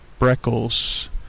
Breckles